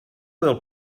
del